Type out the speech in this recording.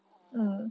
orh